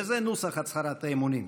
וזה נוסח הצהרת האמונים: